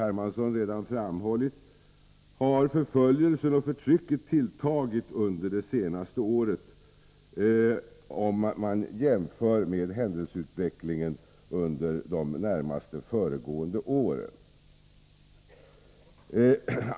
Hermansson redan framhållit har förföljelsen och förtrycket tilltagit under det senaste året i jämförelse med utvecklingen under de närmast föregående åren.